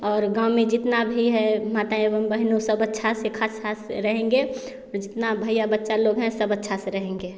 और गाँव में जितना भी हए माताएँ एवं बहनों सब अच्छा से खास हास से रहेंगे जितना भैया बच्चा लोग हैं सब अच्छा से रहेंगे